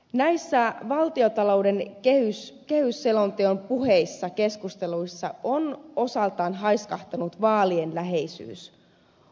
näissä valtiontalouden kehysselonteon keskustelun puheissa on osaltaan haiskahtanut vaalien läheisyys